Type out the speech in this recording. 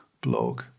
blog